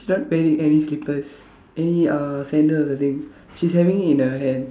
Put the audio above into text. she's not wearing any slippers any uh sandals I think she's having it in her hand